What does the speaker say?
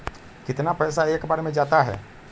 कितना पैसा एक बार में जाता है?